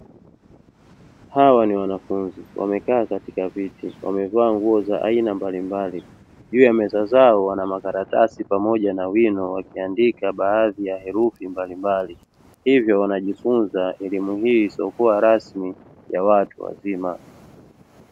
Hawa ni wanafunzi wamekaa katika viti, wamevaa nguo za aina mbalimbali. Juu ya meza zao wana makaratasi pamoja na wino, wakiandika baadhi ya herufi mbalimbali. Hivyo wanajifunza elimu hii isiyokuwa rasmi ya watu wazima.